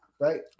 Right